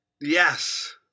Yes